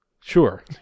Sure